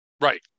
Right